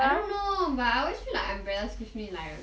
I don't know but I always feel like umbrella gives me like